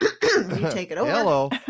hello